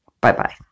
Bye-bye